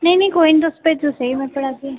नेईं नेईं कोई निं तुस भेज्जो सेही में पढ़ागी